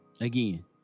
again